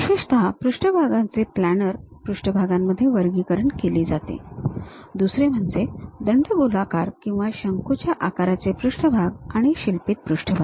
विशेषत पृष्ठभागांचे प्लॅनर पृष्ठभागांमध्ये वर्गीकरण केले जाते दुसरे म्हणजे दंडगोलाकार किंवा शंकूच्या आकाराचे पृष्ठभाग आणि शिल्पित पृष्ठभाग